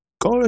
go